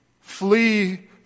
flee